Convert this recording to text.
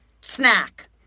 snack